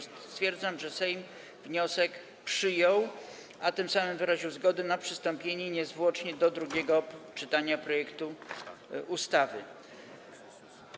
Stwierdzam, że Sejm wniosek przyjął, a tym samym wyraził zgodę na przystąpienie niezwłocznie do drugiego czytania projektu ustawy.